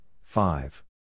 five